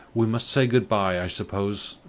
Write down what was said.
we must say good-by, i suppose,